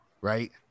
right